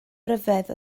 ryfedd